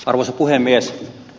arvoisa puhemies